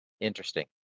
Interesting